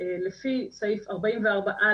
לפי סעיף 44א